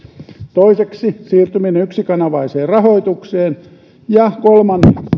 toiseksi siirtyminen yksikanavaiseen rahoitukseen ja kolmanneksi ja siis